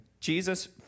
Jesus